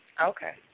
Okay